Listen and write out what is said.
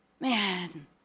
man